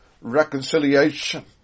reconciliation